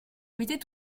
éviter